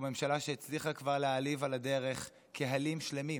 ממשלה שהצליחה כבר להעליב על הדרך קהלים שלמים?